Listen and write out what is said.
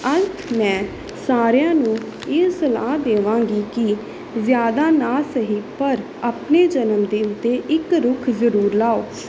ਅੰਤ ਮੈਂ ਸਾਰਿਆਂ ਨੂੰ ਇਹ ਸਲਾਹ ਦੇਵਾਂਗੀ ਕਿ ਜ਼ਿਆਦਾ ਨਾ ਸਹੀ ਪਰ ਆਪਣੇ ਜਨਮਦਿਨ 'ਤੇ ਇੱਕ ਰੁੱਖ ਜ਼ਰੂਰ ਲਾਓ